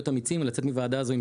להיות אמיצים ולצאת מהוועדה הזאת עם